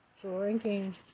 drinking